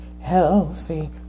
healthy